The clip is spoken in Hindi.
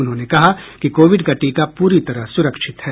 उन्होंने कहा कि कोविड का टीका पूरी तरह सुरक्षित है